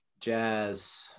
jazz